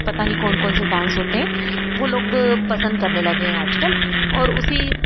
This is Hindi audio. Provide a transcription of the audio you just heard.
पता नहीं कौन कौन से डांस होते हैं वो लोग पसंद करने लगे हैं आज कल और उसी